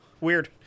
Weird